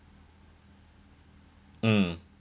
mm